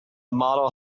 model